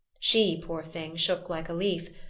she, poor thing, shook like a leaf,